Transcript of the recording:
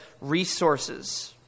resources